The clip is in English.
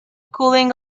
cooling